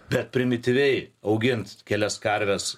bet primityviai augint kelias karves